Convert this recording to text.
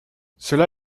cela